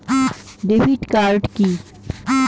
Debit card key?